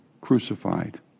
crucified